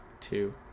two